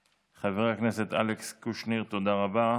חבר הכנסת אלכס קושניר, תודה רבה.